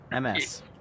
MS